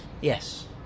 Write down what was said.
Yes